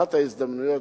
שבאחת ההזדמנויות